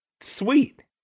Sweet